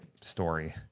story